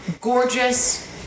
gorgeous